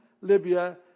Libya